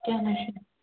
کیٚنٛہہ نہ حظ چھُنہٕ